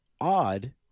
odd